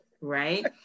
right